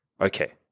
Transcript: Okay